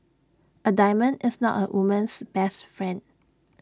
A diamond is not A woman's best friend